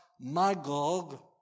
Magog